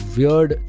weird